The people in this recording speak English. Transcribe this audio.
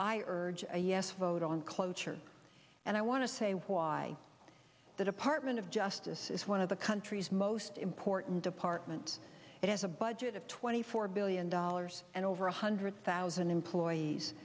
i urge a yes vote on cloture and i want to say why the department of justice is one of the country's most important department it has a budget of twenty four billion dollars and over one hundred thousand employees